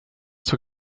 zur